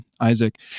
Isaac